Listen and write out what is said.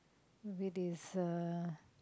with is uh